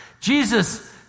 Jesus